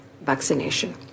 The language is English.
vaccination